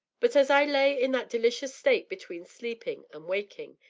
but as i lay in that delicious state between sleeping and waking,